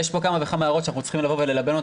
יש פה כמה וכמה הערות שאנחנו צריכים ללבן אותן,